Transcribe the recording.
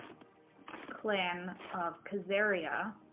clan of khazaria,